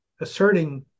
asserting